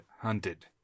hunted